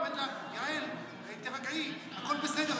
היא אומרת לה: יעל, תירגעי, הכול בסדר.